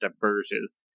diverges